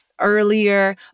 earlier